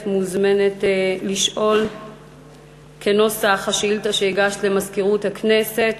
את מוזמנת לשאול כנוסח השאילתה שהגשת למזכירות הכנסת